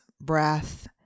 breath